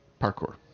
parkour